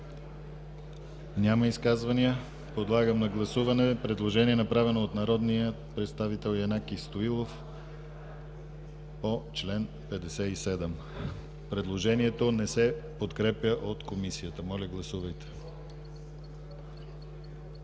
Няма. Подлагам на гласуване предложение, направено от народния представител Янаки Стоилов по чл. 57. Предложението не се подкрепя от Комисията. Гласували